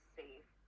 safe